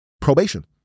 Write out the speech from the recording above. probation